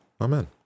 Amen